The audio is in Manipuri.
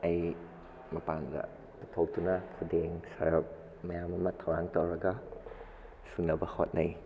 ꯑꯩ ꯃꯄꯥꯟꯗ ꯄꯨꯊꯣꯛꯇꯨꯅ ꯈꯨꯗꯦꯡ ꯁꯥꯔꯐ ꯃꯌꯥꯝ ꯑꯃ ꯊꯧꯔꯥꯡ ꯇꯧꯔꯒ ꯁꯨꯅꯕ ꯍꯣꯠꯅꯩ